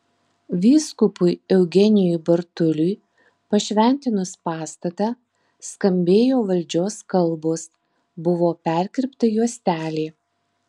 vyskupui eugenijui bartuliui pašventinus pastatą skambėjo valdžios kalbos buvo perkirpta juostelė